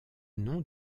nom